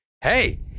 hey